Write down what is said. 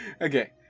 Okay